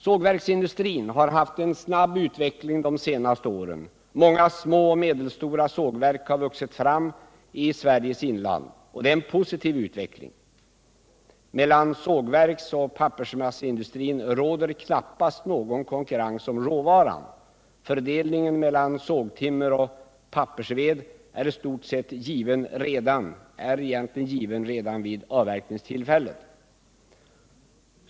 Sågverksindustrin har haft en snabb utveckling de senaste åren. Många små och medelstora sågverk har vuxit fram i Sveriges inland. Det är en positiv utveckling. Mellan sågverksoch pappersmasseindustrin råder knappast någon konkurrens om råvaran. Fördelningen mellan sågtimmer och pappersved är egentligen given redan vid avverkningstillfället.